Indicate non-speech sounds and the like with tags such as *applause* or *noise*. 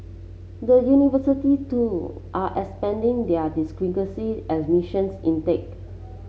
the university too are expanding their *unintelligible* as missions intake